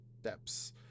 steps